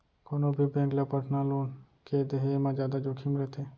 कोनो भी बेंक ल पर्सनल लोन के देहे म जादा जोखिम रथे